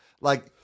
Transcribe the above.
like-